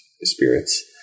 spirits